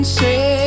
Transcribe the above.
say